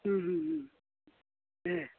दे